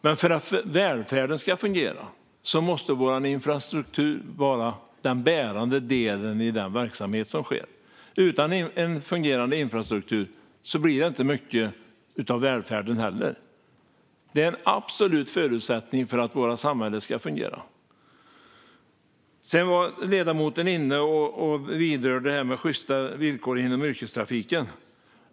Men för att välfärden ska fungera måste också vår infrastruktur vara den bärande delen i den verksamhet som sker. Utan en fungerande infrastruktur blir det inte heller mycket av välfärden. Den är en absolut förutsättning för att våra samhällen ska fungera. Ledamoten vidrörde det här med sjysta villkor inom yrkestrafiken.